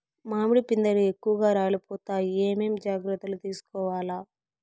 మామిడి పిందెలు ఎక్కువగా రాలిపోతాయి ఏమేం జాగ్రత్తలు తీసుకోవల్ల?